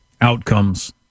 outcomes